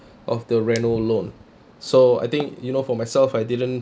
of the reno loan so I think you know for myself I didn't